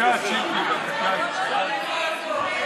לא נקלט פה.